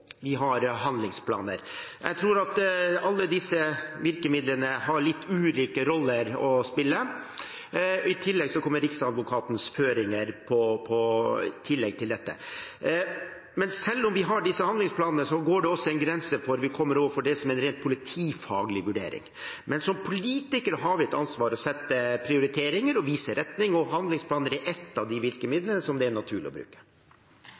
vi har handlingsplaner. Jeg tror at alle disse virkemidlene har litt ulike roller å spille. I tillegg til dette kommer Riksadvokatens føringer. Selv om vi har disse handlingsplanene, går det en grense der vi kommer over på det som er en ren politifaglig vurdering. Men som politikere har vi et ansvar for å gjøre prioriteringer og vise retning, og handlingsplaner er ett av de virkemidlene som det er naturlig å bruke.